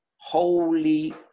holy